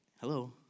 Hello